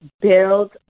build